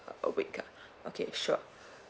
a week ah okay sure